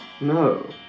No